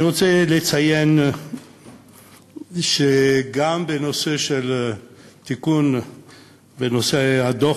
אני רוצה לציין שגם בנושא של תיקון הדוח